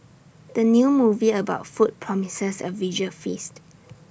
the new movie about food promises A visual feast